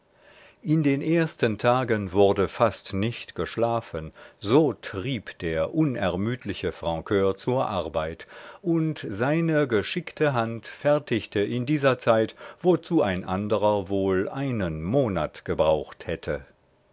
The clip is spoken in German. in den ersten tagen wurde fast nicht geschlafen so trieb der unermüdliche francur zur arbeit und seine geschickte hand fertigte in dieser zeit wozu ein anderer wohl einen monat gebraucht hätte